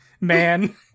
man